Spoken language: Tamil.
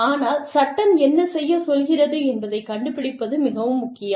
ஆனால் சட்டம் என்ன செய்யச் சொல்கிறது என்பதைக் கண்டுபிடிப்பது மிகவும் முக்கியம்